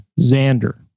Xander